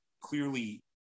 clearly